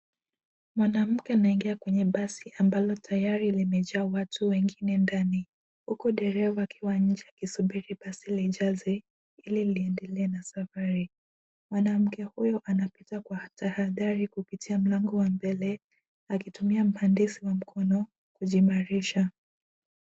Mwanamke anaingia kwenye basi ambalo tayari limejaa watu wengine ndani huku dereva akiwa nje akisubiri basi lijaze hili liendelee na safari. Mwanamke huyu anapita kwa tahadhari kupitia mlango wa mbele akitumia mhandisi wa mkono kujiimarisha.